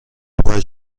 pourrais